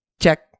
check